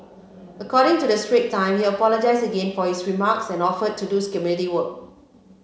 according to the Strait Time he apologised again for his remarks and offered to do community work